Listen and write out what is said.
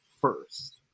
first